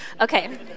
okay